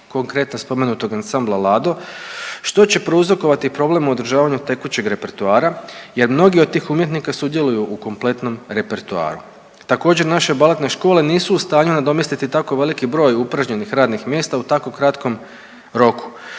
konkretno spomenutog ansambla Lado, što će prouzrokovati problem u održavanju tekućeg repertoara jer mnogi od tih umjetnika sudjeluju u kompletnom repertoaru. Također naše baletne škole nisu u stanju nadomjestiti tako veliki broj upražnjenih radnih mjesta u tako kratkom roku,